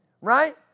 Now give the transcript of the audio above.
right